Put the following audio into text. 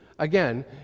Again